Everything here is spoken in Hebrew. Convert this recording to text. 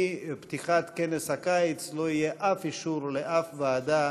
שמפתיחת כנס הקיץ לא יהיה אף אישור לאף ועדה